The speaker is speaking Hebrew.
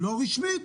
לא רשמית.